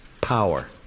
power